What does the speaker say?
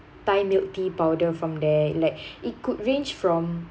thai milk tea powder from there like it could range from